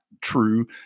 true